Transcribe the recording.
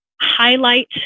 highlight